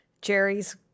Jerry's